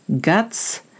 guts